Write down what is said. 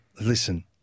listen